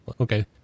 okay